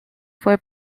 fue